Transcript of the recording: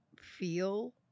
feel